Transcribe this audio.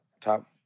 top